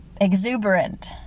exuberant